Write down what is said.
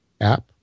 app